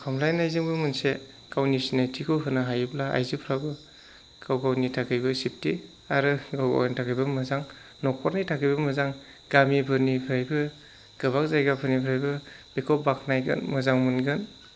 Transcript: खमलायनायजोंबो मोनसे गावनि सिनायथिखौ होनो हायोब्ला आइजोफोराबो गाव गावनि थाखायबो सेफति आरो गाव गावनि थाखायबो मोजां न'खरनि थाखायबो मोजां गामिफोरनिफ्रायबो गोबां जायगाफोरनिफ्रायबो बेखौ बाख्नायगोन मोजां मोनगोन